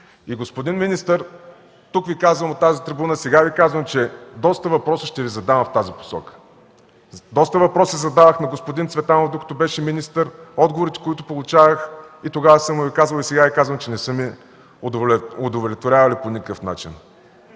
И господин министър, казвам от тази трибуна, че доста въпроси ще Ви задавам в тази посока. Доста въпроси задавах на господин Цветанов, докато беше министър, но отговорите, които получавах – и тогава казвах, и сега го казвам – не са ме удовлетворявали по никакъв начин.